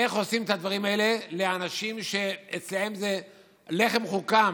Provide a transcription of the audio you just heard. איך עושים את הדברים האלו לאנשים שזה לחם חוקם